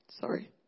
sorry